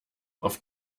auf